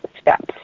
steps